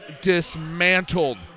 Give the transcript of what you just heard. dismantled